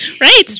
Right